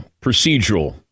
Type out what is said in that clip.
procedural